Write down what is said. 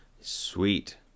Sweet